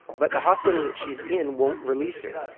but the hospital that she's in won't release her.